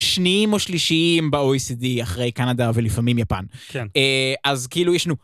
שניים או שלישיים באו-אי-סי-די אחרי קנדה ולפעמים יפן. כן. אז כאילו ישנו...